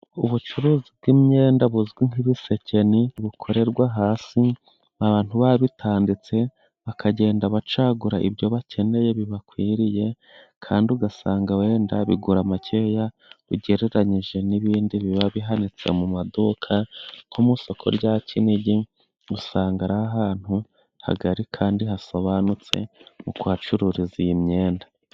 Ubucuruzi bw'imyenda buzwi nk'ibisekeni，bukorerwa hasi， abantu babitondetse bakagenda bacagura ibyo bakeneye， bibakwiriye kandi ugasanga wenda bigura makeya， ugereranyije n'ibindi biba bihanitse mu maduka， nko mu isoko rya Kinigi，usanga ari ahantu hagari，kandi hasobanutse， mu kuhacururiza iyi myenda.